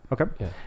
Okay